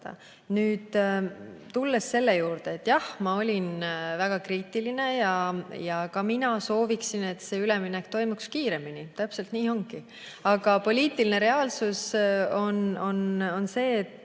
Nüüd, tulles selle juurde, et ma olin väga kriitiline, siis jah, ka mina soovin, et see üleminek toimuks kiiremini. Täpselt nii ongi. Aga poliitiline reaalsus on see, et